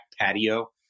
patio